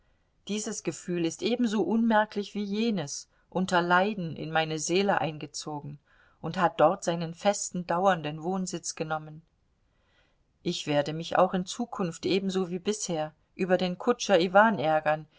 dieses gefühl ist ebenso unmerklich wie jenes unter leiden in meine seele eingezogen und hat dort seinen festen dauernden wohnsitz genommen ich werde mich auch in zukunft ebenso wie bisher über den kutscher iwan ärgern